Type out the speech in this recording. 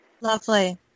lovely